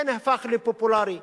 זה נהפך לפופולרי.